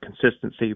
consistency